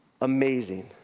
amazing